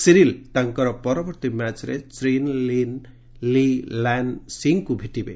Cyril ତାଙ୍କର ପରବର୍ତ୍ତୀ ମ୍ୟାଚ୍ରେ ଚୀନ୍ର ଲି ଲାନ୍ ଷିଙ୍କୁ ଭେଟିବେ